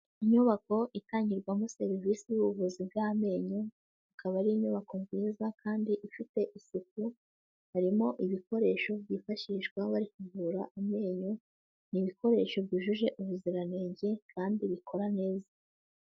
Inyubako itangirwamo serivise y'ubuvuzi bw'amenyo ikaba ari inyubako nziza kandi ifite isuku, harimo ibikoresho byifashishwa bari kuvura amenyo, ni ibikoresho byujuje ubuziranenge kandi bikora neza.